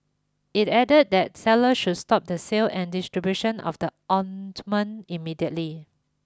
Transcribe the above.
it added that sellers should stop the sale and distribution of the ointment immediately